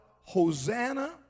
Hosanna